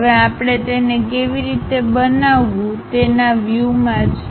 હવે આપણે તેને કેવી રીતે બનાવવું તેના વ્યૂ માં છે